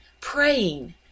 praying